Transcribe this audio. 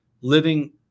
living